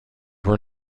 were